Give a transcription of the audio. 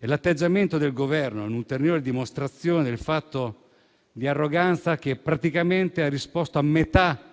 L'atteggiamento del Governo è l'ulteriore dimostrazione dell'arroganza dimostrata rispondendo a metà